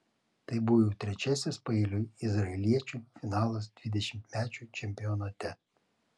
tai buvo jau trečiasis paeiliui izraeliečių finalas dvidešimtmečių čempionate